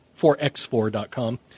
4x4.com